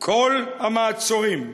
כל המעצורים,